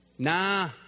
Nah